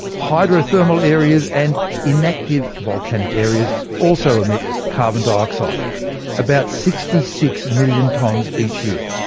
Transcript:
hydrothermal areas, and inactive volcanic areas also emit carbon dioxide about sixty six million tonnes each year.